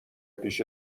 پیش